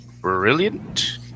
Brilliant